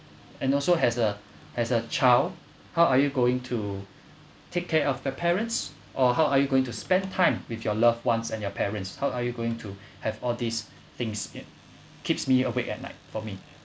and also as a as a child how are you going to take care of the parents or how are you going to spend time with your loved ones and your parents how are you going to have all these things it keeps me awake at night for me